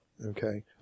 Okay